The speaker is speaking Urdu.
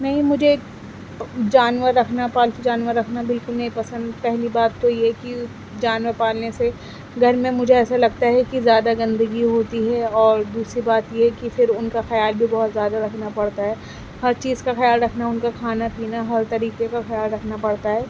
نہیں مجھے جانور رکھنا پالتو جانور رکھنا بالکل نہیں پسند پہلی بات تو یہ کہ جانور پالنے سے گھر میں مجھے ایسے لگتا ہے کہ زیادہ گندگی ہوتی ہے اور دوسری بات یہ کہ پھر ان کا خیال بھی بہت زیادہ رکھنا پڑتا ہے ہر چیز کا خیال رکھنا ان کا کھانا پینا ہر طریقے کا خیال رکھنا پڑتا ہے